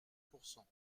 pourcent